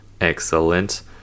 Excellent